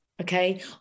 Okay